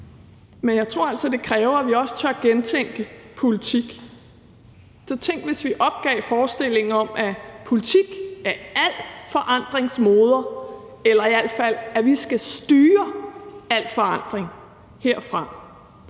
Men jeg tror altså, det kræver, at vi også tør gentænke politik. Så tænk, hvis vi opgav forestillingen om, at politik er al forandrings moder, eller i alt fald at vi skal styre al forandring herfra,